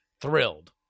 thrilled